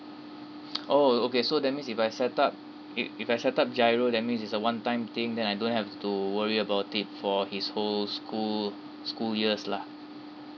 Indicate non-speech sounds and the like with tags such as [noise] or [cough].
[noise] oh okay so that means if I set up if if I setup GIRO that mean is a one time thing then I don't have to worry about it for his whole school school years lah